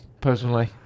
personally